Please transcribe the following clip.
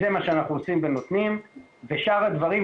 זה מה שאנחנו עושים ונותנים ושאר הדברים.